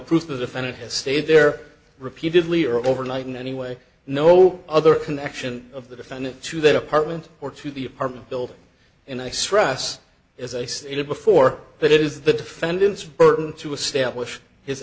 proof the defendant has stayed there repeatedly or overnight in any way no other connection of the defendant to that apartment or to the apartment building and i stress as i stated before that it is the defendant's burden to establish his